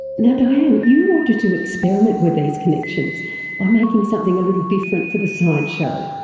now diane, you wanted to experiment with these connections by making something a little different for the science show.